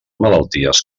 malalties